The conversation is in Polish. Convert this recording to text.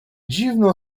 dziwną